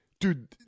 Dude